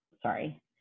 sorry